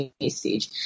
message